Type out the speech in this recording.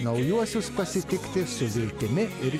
naujuosius pasitikti su viltimi ir